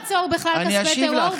ולא לעצור בכלל כספי טרור,